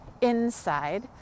inside